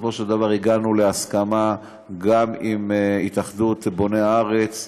בסופו של דבר הגענו להסכמה גם עם התאחדות בוני הארץ,